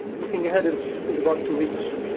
looking ahead is is about two weeks.